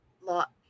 lot